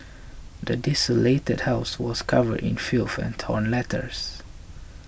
the desolated house was covered in filth torn letters